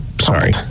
Sorry